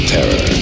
Terror